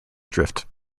drift